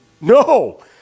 No